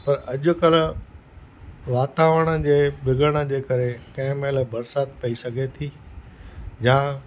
पर अॼुकल्ह वातावरण जे बिगड़ण जे करे कंहिं महिल बरसाति पेई सघे थी या